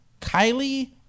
Kylie